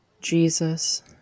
Jesus